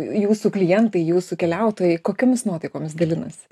jūsų klientai jūsų keliautojai kokiomis nuotaikomis dalinasi